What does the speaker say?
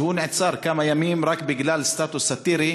הוא נעצר לכמה ימים רק בגלל סטטוס סאטירי